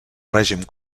règim